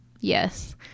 Yes